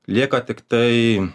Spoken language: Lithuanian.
lieka tiktai